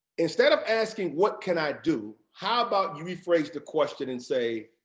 instead of asking, what can i do, how about you rephrase the question and say,